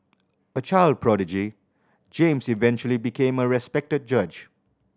a child prodigy James eventually became a respected judge